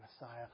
Messiah